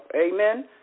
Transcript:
Amen